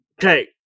Okay